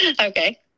Okay